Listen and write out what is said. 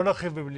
לא נרחיב במילים.